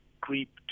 creep